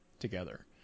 together